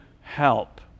help